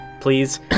please